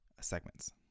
segments